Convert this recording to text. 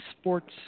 Sports